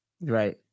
right